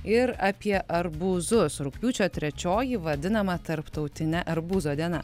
ir apie arbūzus rugpjūčio trečioji vadinama tarptautine arbūzo diena